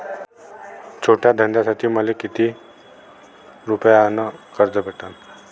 छोट्या धंद्यासाठी मले कितीक रुपयानं कर्ज भेटन?